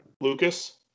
lucas